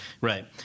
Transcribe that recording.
right